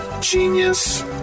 Genius